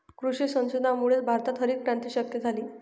कृषी संशोधनामुळेच भारतात हरितक्रांती शक्य झाली